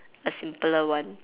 a simpler one